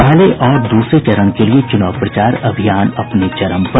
पहले और दूसरे चरण के लिए चुनाव प्रचार अभियान अपने चरम पर